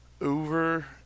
over